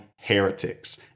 heretics